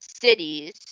cities